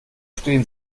stehen